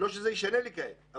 לא שזה ישנה לי כעת,